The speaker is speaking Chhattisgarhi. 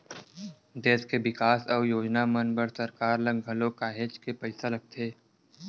देस के बिकास अउ योजना मन बर सरकार ल घलो काहेच के पइसा लगथे